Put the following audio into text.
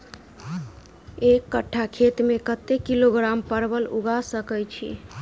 एक कट्ठा खेत मे कत्ते किलोग्राम परवल उगा सकय की??